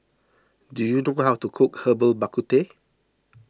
do you know how to cook Herbal Bak Ku Teh